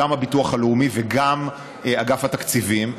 גם הביטוח הלאומי וגם אגף התקציבים?